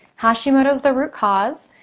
hashimoto's the root cause,